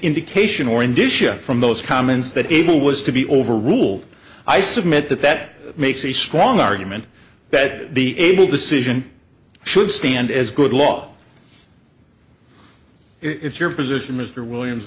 indication or in disha from those comments that able was to be overruled i submit that that makes a strong argument that the able decision should stand as good law it's your position mr williams